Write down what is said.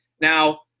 Now